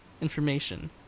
information